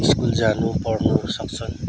school जानु पढ्नुहरू सक्छन्